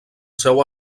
seu